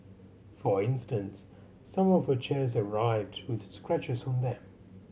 for instance some of her chairs arrived with scratches on them